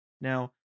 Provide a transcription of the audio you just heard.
Now